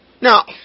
Now